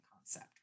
concept